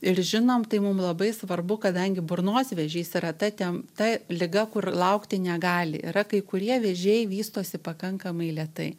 ir žinom tai mum labai svarbu kadangi burnos vėžys yra ta tem ta liga kur laukti negali yra kai kurie vėžiai vystosi pakankamai lėtai